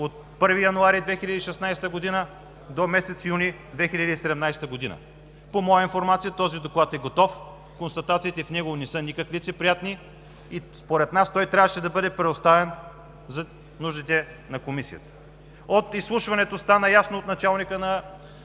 от 1 януари 2016 г. до месец юни 2017 г. По моя информация този доклад е готов, констатациите в него не са никак лицеприятни и според нас той трябваше да бъде предоставен за нуждите на Комисията. Стана ясно от изслушването на началника на